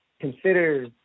consider